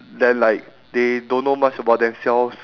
then like they don't know much about themselves